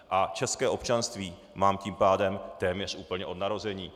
A české občanství mám tím pádem téměř úplně od narození.